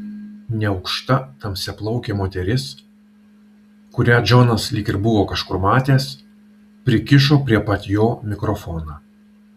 neaukšta tamsiaplaukė moteris kurią džonas lyg ir buvo kažkur matęs prikišo prie pat jo mikrofoną